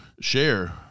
share